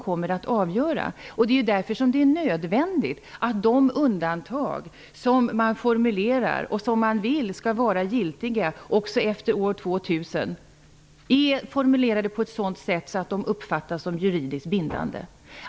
Det är därför som det är nödvändigt att undantagen, som man vill skall vara giltiga också efter år 2000, formuleras på ett sådant sätt att de uppfattas som juridiskt bindande.